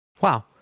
Wow